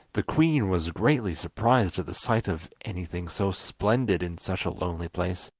the queen was greatly surprised at the sight of anything so splendid in such a lonely place,